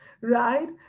right